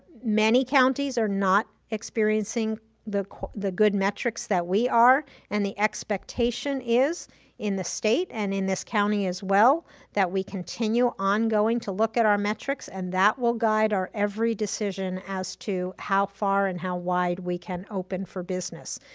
many counties are not experiencing the the good metrics that we are, and the expectation is in the state and in this county as well that we continue ongoing to look at our metrics, and that will guide our every decision as to how far and how wide we can open for business.